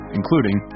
including